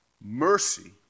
Mercy